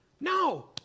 No